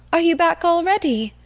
are you back already?